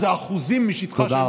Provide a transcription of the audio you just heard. דבר.